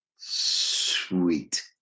sweet